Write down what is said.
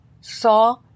saw